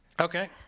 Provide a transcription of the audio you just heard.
Okay